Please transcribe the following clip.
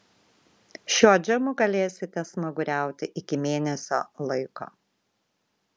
šiuo džemu galėsite smaguriauti iki mėnesio laiko